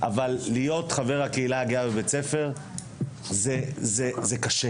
להיות חבר הקהילה הגאה בבית ספר זה קשה.